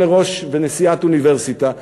גם לראש ונשיאת אוניברסיטה,